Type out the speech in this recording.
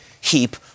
heap